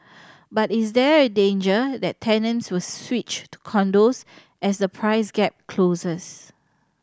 but is there a danger that tenants will switch to condos as the price gap closes